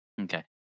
Okay